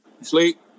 sleep